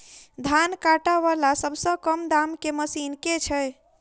धान काटा वला सबसँ कम दाम केँ मशीन केँ छैय?